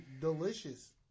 delicious